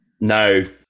No